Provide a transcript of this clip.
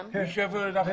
כן.